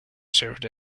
served